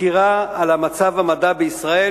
סקירה על מצב המדע בישראל,